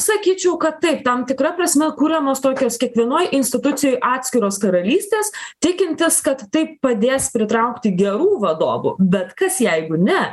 sakyčiau kad taip tam tikra prasme kuriamos tokios kiekvienoj institucijoj atskiros karalystės tikintis kad tai padės pritraukti gerų vadovų bet kas jeigu ne